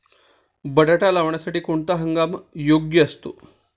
बटाटा लावण्यासाठी कोणता हंगाम योग्य असतो?